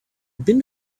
been